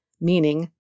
meaning